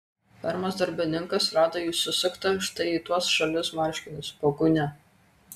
fermos darbininkas rado jį susuktą štai į tuos žalius marškinius po gūnia